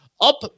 up